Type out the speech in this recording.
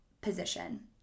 position